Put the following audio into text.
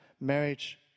marriage